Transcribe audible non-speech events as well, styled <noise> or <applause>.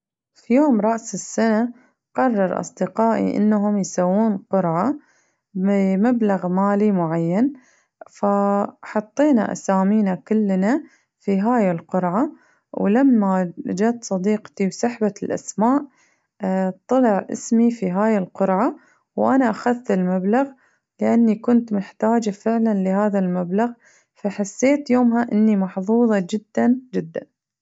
فيوم رأس السنة قرر أصدقائي إنهم يساوون قرعة بمبلغ مالي معين فحطينا اسامينا كلنا فهاي القرعة ولما جت صديقتي وسحبت الأسماء <hesitation> طلع اسمي في هاي القرعة وأنا أخذت المبلغ لأني كنت محتاجة فعلاً لهذا المبلغ فحسيت يومها إني محظوظة جداً جداً.